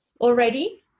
already